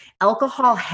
Alcohol